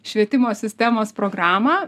švietimo sistemos programą